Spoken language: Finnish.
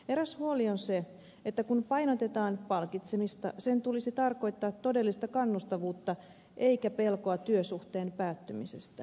eräs huoli on se että kun painotetaan palkitsemista sen tulisi tarkoittaa todellista kannustavuutta eikä pelkoa työsuhteen päättymisestä